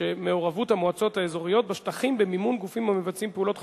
מעורבות המועצות האזוריות בשטחים במימון גופים המבצעים פעולות חבלניות.